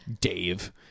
Dave